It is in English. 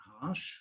harsh